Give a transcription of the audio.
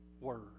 word